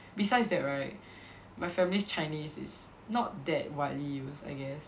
besides that right my family's Chinese is not that widely used I guess